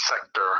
sector